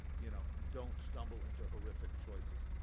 you know, don't stumble into horrific choices,